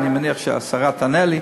אני מניח שהשרה תענה לי,